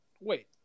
wait